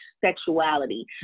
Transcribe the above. sexuality